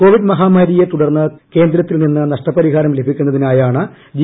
Covid മഹാമാരിയെ തുടർന്ന് കേന്ദ്രത്തിൽ നിന്ന് നഷ്ടപരിഹാരം ലഭീക്കുന്നതിനായാണ് ജി